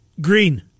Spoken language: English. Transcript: Green